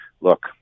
look